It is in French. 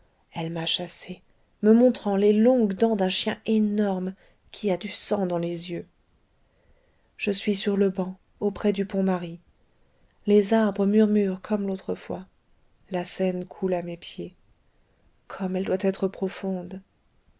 elle m'a chassée me montrant les longues dents d'un chien énorme qui a du sang dans les yeux je suis sur le banc auprès du pont marie les arbres murmurent comme l'autre fois la seine coule à mes pieds comme elle doit être profonde